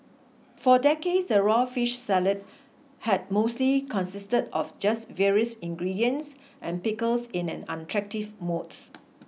for decades the raw fish salad had mostly consisted of just various ingredients and pickles in an unattractive modes